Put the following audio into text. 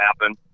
happen